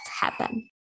happen